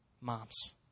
moms